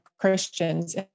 Christians